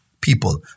people